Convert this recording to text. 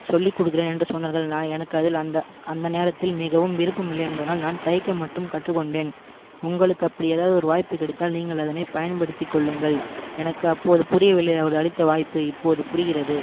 சொல்லி கொடுக்கிறேன் என்று சொன்னார்கள் நான் எனக்கு அதில் அந்த அந்த நேரத்தில் மிகவும் விருப்பமில்லை என்பதனால் நான் தைக்க மட்டும் கற்று கொண்டேன் உங்களுக்கு அப்படி எதாவது வாய்ப்பு கிடைத்தால் நீங்கள் அதனை பயன்படுத்தி கொள்ளுங்கள் எனக்கு அப்போது புரியவில்லை அவர் அளித்த வாய்ப்பு இப்போது புரிகிறது